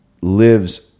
lives